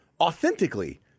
authentically